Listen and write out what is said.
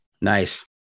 Nice